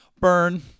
burn